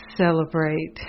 celebrate